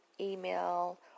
email